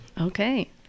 Okay